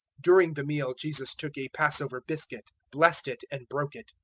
during the meal jesus took a passover biscuit, blessed it and broke it.